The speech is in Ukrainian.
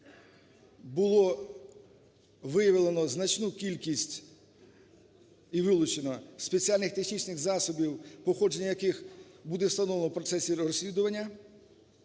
було виявлено значну кількість, і вилучено, спеціальних технічних засобів, походження яких буде встановлено в процесі розслідування.